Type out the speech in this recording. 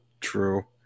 True